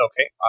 Okay